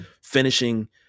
finishing